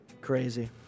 Crazy